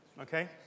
Okay